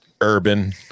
Urban